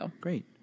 Great